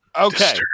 Okay